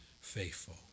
faithful